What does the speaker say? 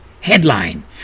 headline